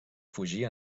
fugir